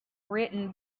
written